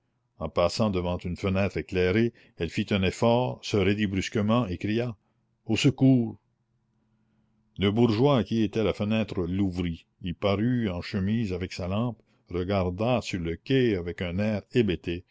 en passant devant une fenêtre éclairée elle fit un effort se raidit brusquement et cria au secours le bourgeois à qui était la fenêtre l'ouvrit y parut en chemise avec sa lampe regarda sur le quai avec un air hébété